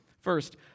First